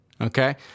okay